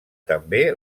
també